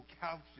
couches